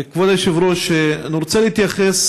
כבוד היושב-ראש, אני רוצה להתייחס